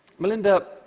melinda,